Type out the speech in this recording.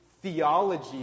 theology